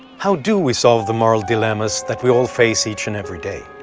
how do we solve the moral dilemmas that we all face each and every day?